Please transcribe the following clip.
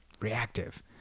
reactive